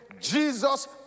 Jesus